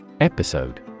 Episode